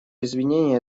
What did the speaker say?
извинения